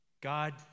God